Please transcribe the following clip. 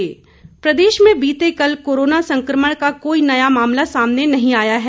corona update प्रदेश में बीते कल कोरोना संक्रमण का कोई नया मामला सामने नहीं आया है